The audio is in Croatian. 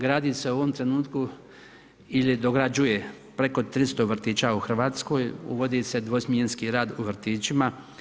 Gradi se u ovom trenutku ili dograđuje preko 300 vrtića u Hrvatskoj, uvodi se dvosmjenski rad u vrtićima.